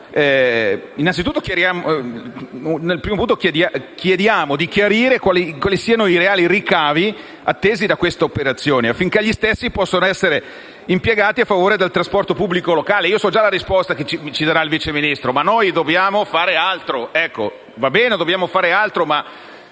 innanzi tutto chiediamo di chiarire quali siano i reali ricavi attesi da questa operazione affinché gli stessi possano essere impiegati a favore del trasporto pubblico locale. Conosco già la risposta del vice Ministro che ci dirà che dobbiamo fare altro. Va bene, dobbiamo fare altro, ma